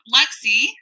Lexi